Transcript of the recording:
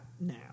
now